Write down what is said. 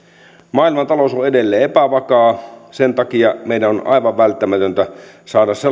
maailmantalous on edelleen epävakaa sen takia meidän on aivan välttämätöntä saada